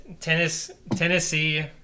Tennessee